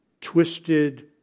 Twisted